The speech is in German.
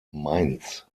mainz